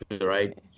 right